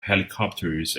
helicopters